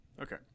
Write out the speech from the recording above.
Okay